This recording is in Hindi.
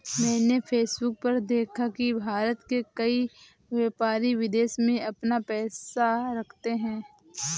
मैंने फेसबुक पर देखा की भारत के कई व्यापारी विदेश में अपना पैसा रखते हैं